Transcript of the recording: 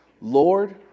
Lord